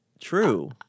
true